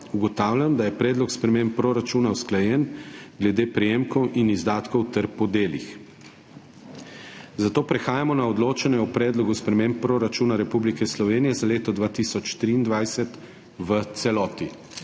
ugotavljam, da je predlog sprememb proračuna usklajen glede prejemkov in izdatkov ter po delih. Zato prehajamo na odločanje o Predlogu sprememb proračuna Republike Slovenije za leto 2023 v celoti.